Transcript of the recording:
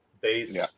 base